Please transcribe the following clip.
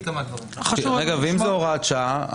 ואם זה הוראת שעה,